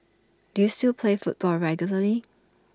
do you still play football regularly